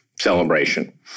celebration